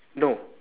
no